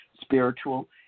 spiritual